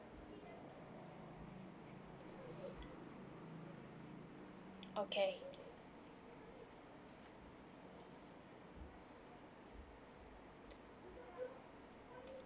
okay